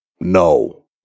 No